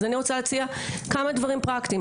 אז אני רוצה להציע כמה דברים פרקטיים,